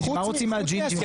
לעשות?